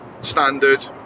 standard